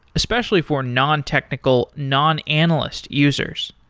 especially for non-technical, non-analyst users.